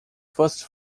first